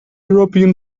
european